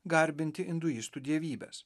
garbinti induistų dievybes